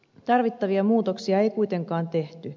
tarvittavia muutoksia ei kuitenkaan tehty